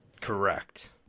Correct